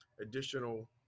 additional